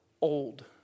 old